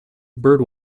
bird